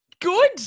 good